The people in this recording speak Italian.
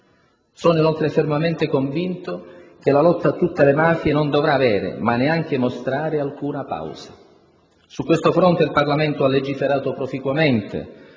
Sono inoltre fermamente convinto che la lotta a tutte le mafie non dovrà avere, ma neanche mostrare, alcuna pausa. Su questo fronte il Parlamento ha legiferato proficuamente,